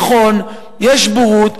נכון, יש בורות.